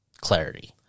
clarity